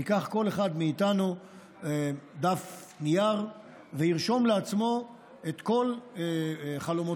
ייקח כל אחד מאיתנו דף נייר וירשום לעצמו את כל חלומותיו,